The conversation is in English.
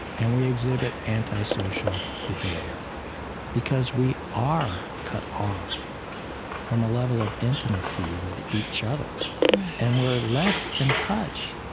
and we exhibit antisocial behavior because we are cut off from a level of intimacy with each other and we're less in touch.